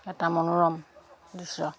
এটা মনোৰম দৃশ্য